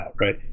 right